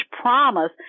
promise